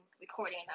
recording